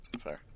Fair